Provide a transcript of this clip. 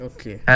Okay